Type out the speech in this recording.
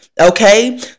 okay